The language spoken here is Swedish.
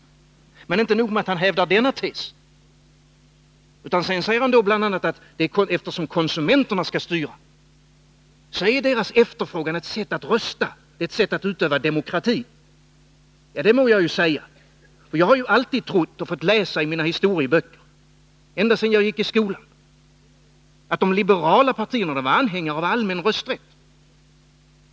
Men det är inte nog med att han hävdar denna tes. Sedan säger han bl.a. att eftersom konsumenterna skall styra är deras efterfrågan ett sätt att rösta, ett sätt att utöva demokratin. Det må jag säga! Jag har alltid trott och fått läsa i mina historieböcker, ända sedan jag gick i skolan, att de liberala partierna var anhängare av allmän rösträtt.